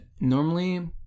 normally